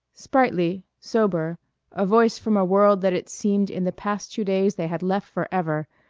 sprightly, sober a voice from a world that it seemed in the past two days they had left forever,